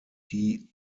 die